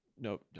no